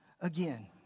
again